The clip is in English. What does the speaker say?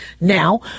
now